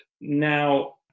now